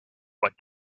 what